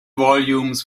volumes